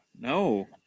No